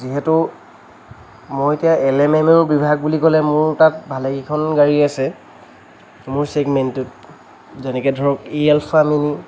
যিহেতু মই এতিয়া এল এম এমৰ বিভাগ বুলি ক'লে মোৰ তাত ভালেকেইখন গাড়ী আছে মোৰ চেগমেণ্টটোত যেনেকৈ ধৰক ই এল ফেমিলী